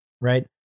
right